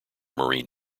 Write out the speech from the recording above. marine